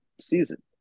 season